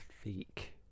fake